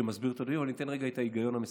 שמסביר נתונים, אני אתן רגע את ההיגיון המסדר.